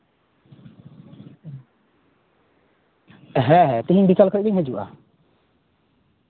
ᱦᱮᱸ ᱦᱮᱸ ᱛᱤᱦᱤᱧ ᱵᱤᱠᱟᱞ ᱠᱷᱚᱱ ᱜᱤᱧ ᱦᱤᱡᱩᱜᱼᱟ